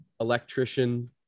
electrician